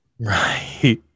right